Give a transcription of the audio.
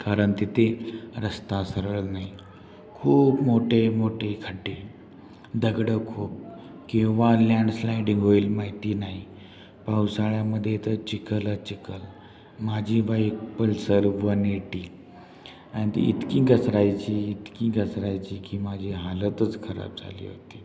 कारण तिथे रस्ता सरळ नाही खूप मोठे मोठे खड्डे दगडं खूप केव्हा लँडस्लाइडिंग होईल माहिती नाही पावसाळ्यामध्ये तर चिखलच चिखल माझी बाइक पल्सर वन एटी आणि ती इतकी घसरायची इतकी घसरायची की माझी हालतच खराब झाली होती